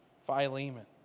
Philemon